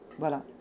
voilà